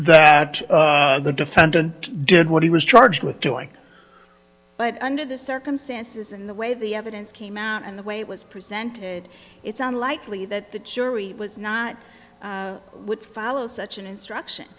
that the defendant did what he was charged with doing but under the circumstances and the way the evidence came out and the way it was presented it's unlikely that the jury was not would follow such an instruction